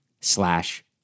slash